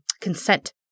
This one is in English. consent